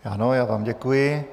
Ano, já vám děkuji.